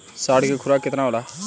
साढ़ के खुराक केतना होला?